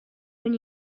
when